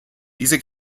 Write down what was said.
diese